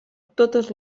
totes